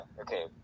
okay